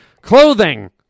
clothing